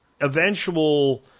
eventual